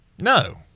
No